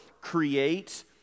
create